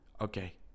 Okay